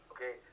Okay